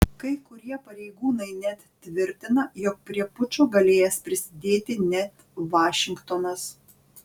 kai kurie pareigūnai net tvirtina jog prie pučo galėjęs prisidėti net vašingtonas